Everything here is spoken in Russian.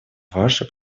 ваше